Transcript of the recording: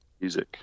music